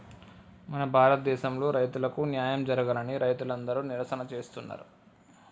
మన భారతదేసంలో రైతులకు న్యాయం జరగాలని రైతులందరు నిరసన చేస్తున్నరు